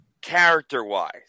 Character-wise